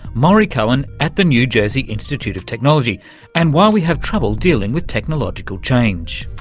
maurie cohen at the new jersey institute of technology and why we have trouble dealing with technological change.